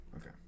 Okay